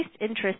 interest